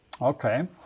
okay